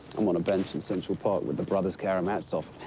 i'm on a bench in central park with the brothers karamazov.